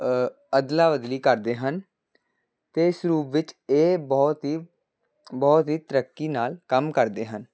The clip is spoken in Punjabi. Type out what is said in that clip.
ਅਦਲਾ ਬਦਲੀ ਕਰਦੇ ਹਨ ਅਤੇ ਇਸ ਰੂਪ ਵਿੱਚ ਇਹ ਬਹੁਤ ਹੀ ਬਹੁਤ ਹੀ ਤਰੱਕੀ ਨਾਲ ਕੰਮ ਕਰਦੇ ਹਨ